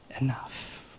enough